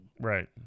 Right